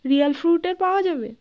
real ফ্রুটের পাওয়া যাবে